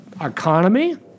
economy